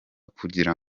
kugira